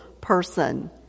person